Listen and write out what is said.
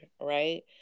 right